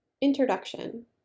Introduction